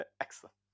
Excellent